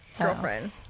girlfriend